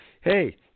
hey –